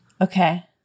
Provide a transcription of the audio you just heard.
Okay